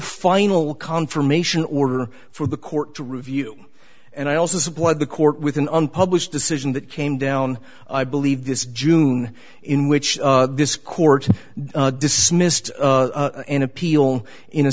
final confirmation order for the court to review and i also supplied the court with an unpublished decision that came down i believe this june in which this court dismissed an appeal in a